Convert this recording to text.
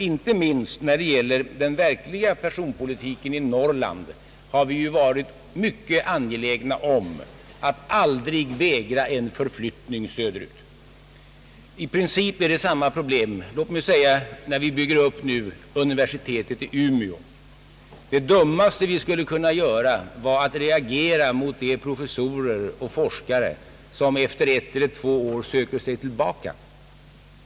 Inte minst när det gäller personalpolitiken i Norrland har vi varit mycket angelägna om att aldrig vägra en förflyttning söderut. I princip är det samma problem låt mig säga när vi nu bygger upp universitetet i Umeå. Det dummaste vi skulle kunna göra vore att reagera mot de professorer och forskare som efter ett eller två år söker sig tillbaka.